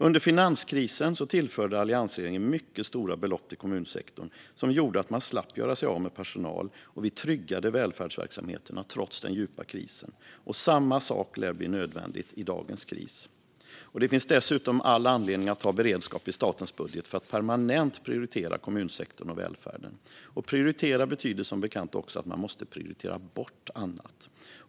Under finanskrisen tillförde alliansregeringen mycket stora belopp till kommunsektorn, vilket gjorde att man slapp göra sig av med personal. Vi tryggade välfärdsverksamheterna trots den djupa krisen. Samma sak lär bli nödvändigt i dagens kris. Det finns dessutom all anledning att ha beredskap i statens budget för att permanent prioritera kommunsektorn och välfärden. Och att prioritera vissa delar betyder som bekant även att man måste prioritera bort annat.